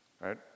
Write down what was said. right